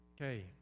Okay